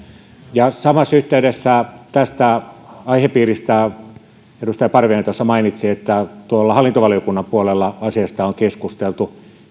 samassa yhteydessä tästä aihepiiristä kun edustaja parviainen tuossa mainitsi että tuolla hallintovaliokunnan puolella asiasta on keskusteltu